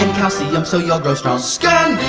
and calcium so you'll grow strong. scandium!